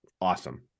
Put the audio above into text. awesome